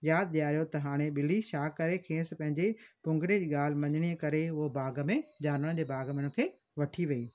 यादि ॾियारियो त हाणे ॿिली छा करे खेसि पंहिंजे पुंगड़े जी ॻाल्हि मञिणी करे उहो बाग में जानवरनि जे बाग में उनखे वठी वई